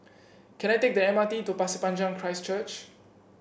can I take the M R T to Pasir Panjang Christ Church